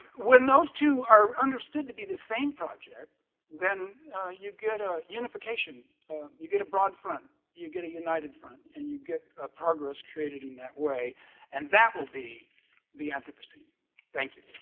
when those two are understood to be the same project then you get a unification you get a broad front you get a united front and you get a progress created in that way and that will be the anthropocene i